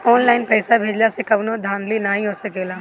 online पइसा भेजला से कवनो धांधली नाइ हो सकेला